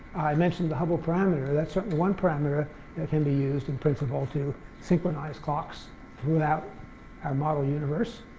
i mentioned the hubble parameter. that's certainly one parameter that can be used in principle to synchronize clocks throughout our model universe.